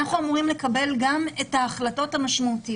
אנחנו אמורים לקבל גם את ההחלטות המשמעותיות.